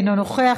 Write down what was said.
אינו נוכח,